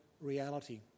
reality